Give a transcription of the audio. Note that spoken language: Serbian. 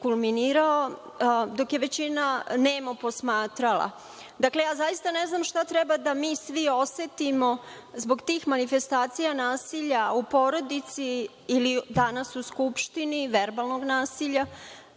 kulminirao, dok je većina nemo posmatrala. Dakle, zaista ne znam šta treba da mi svi osetimo zbog tih manifestacija nasilja u porodici ili danas u Skupštini verbalnog nasilja,